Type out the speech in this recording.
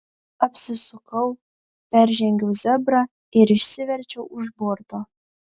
apsisukau peržengiau zebrą ir išsiverčiau už borto